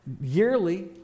yearly